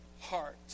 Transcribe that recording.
heart